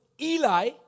Eli